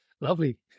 Lovely